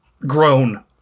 Grown